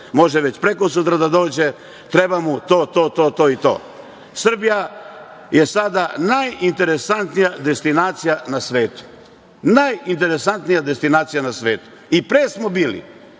može već prekosutra da dođe, treba mu to, to i to. Srbija je sada najinteresantnija destinacija na svetu, najinteresantnija destinacija na svetu. I pre smo bili,